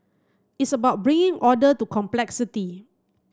it's about bringing order to complexity